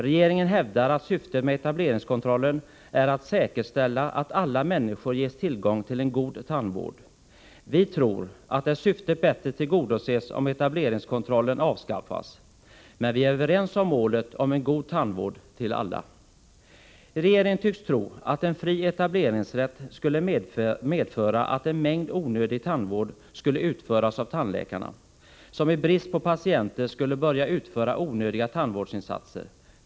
Regeringen hävdar att syftet med etableringskontrollen är att säkerställa att alla människor ges tillgång till en god tandvård. Vi tror att det syftet bättre tillgodoses om etableringskontrollen avskaffas. Men vi är överens om målet om en god tandvård till alla. Regeringen tycks tro att en fri etableringsrätt skulle medföra att en mängd onödig tandvård skulle utföras av tandläkarna, som i brist på patienter skulle börja utföra onödiga tandvårdsinsatser.